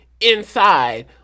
inside